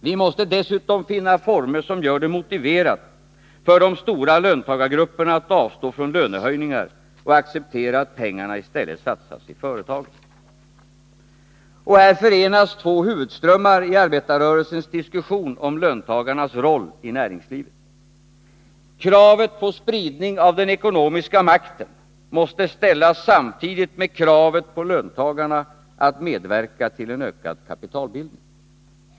Vi måste dessutom finna former som gör det motiverat för de stora löntagargrupperna att avstå från lönehöjningar och acceptera att pengarna i stället satsas i företagen. Här förenas två huvudströmmar i arbetarrörelsens diskussion om löntagarnas roll i näringslivet. Kravet på spridning av den ekonomiska makten måste ställas samtidigt med kravet på löntagarna att medverka till en ökad kapitalbildning.